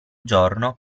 giorno